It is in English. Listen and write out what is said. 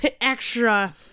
extra